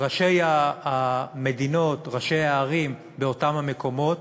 ראשי המדינות, ראשי הערים באותם מקומות,